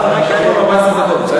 יש עוד 14 דקות.